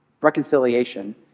Reconciliation